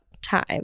time